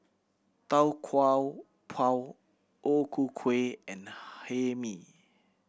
Tau Kwa Pau O Ku Kueh and Hae Mee